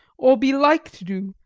or be like to do,